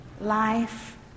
life